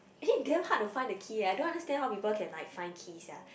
actually damn hard to find the key eh I don't understand how people can like find key sia